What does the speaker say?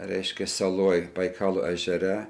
reiškia saloj baikalo ežere